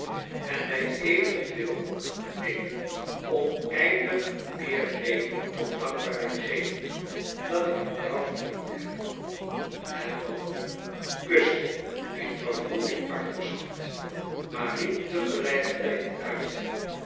en mij even veel neen oneindig meer reden tot dankbaarheid geven dan ik aan jou verdiend heb het manneke kuste in vervoering arthur's hand maar riep tegelijker tijd uit